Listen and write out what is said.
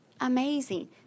Amazing